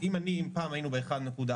להיפך,